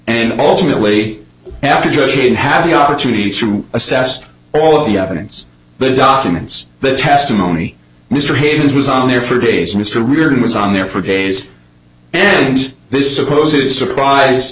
and alternately after she'd have the opportunity to assess all of the evidence the documents the testimony mr havens was on there for days mr reardon was on there for days and this supposes surprise